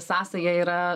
sąsaja yra